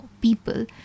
people